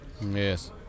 Yes